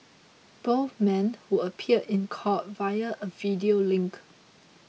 both men who appeared in court via a video link